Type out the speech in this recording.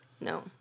No